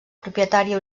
propietària